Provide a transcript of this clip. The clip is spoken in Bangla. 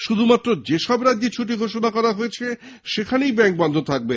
শুধু মাত্র যেসব রাজ্যে ছুটি ঘোষণা করা হয়েছে সেখানেই বন্ধ থাকবে